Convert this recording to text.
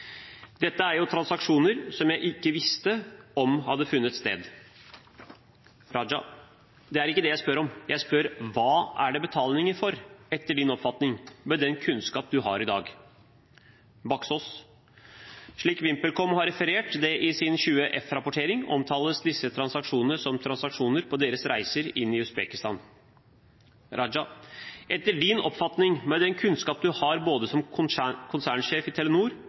Dette er jo transaksjoner som jeg ikke visste om hadde funnet sted. Abid Q. Raja Det er ikke det jeg spør om. Jeg spør: Hva er det betalinger for, etter din oppfatning, med den kunnskap du har i dag? Jon Fredrik Baksaas: Slik VimpelCom har referert det i sin 20F-rapportering, omtales disse transaksjonene som transaksjoner på deres reiser inn i Usbekistan. Abid Q. Raja Etter din oppfatning, med den kunnskapen du har både som konsernsjef i Telenor